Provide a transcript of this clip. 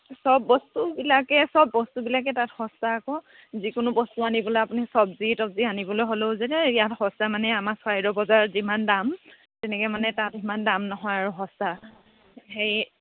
সব বস্তুবিলাকে সব বস্তুবিলাকে তাত সস্তা আকৌ যিকোনো বস্তু আনিবলৈ আপুনি চব্জি তব্জি আনিবলৈ হ'লেও যে ইয়াত সস্তা মানে আমাৰ চৰাইদেউ বজাৰত যিমান দাম তেনেকৈ মানে তাত সিমান দাম নহয় আৰু সস্তা সেই